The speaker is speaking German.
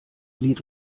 lied